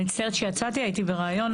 אני מצטערת שיצאתי הייתי בראיון,